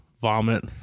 vomit